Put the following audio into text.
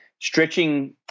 stretching